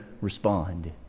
respond